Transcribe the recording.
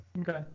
Okay